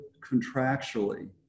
contractually